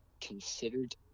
considered